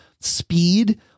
speed